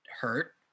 hurt